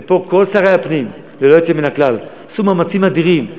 ופה כל שרי הפנים ללא יוצא מן הכלל עשו מאמצים אדירים,